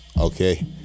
okay